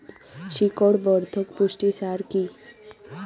শিকড় বর্ধক পুষ্টি সার কি?